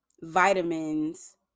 vitamins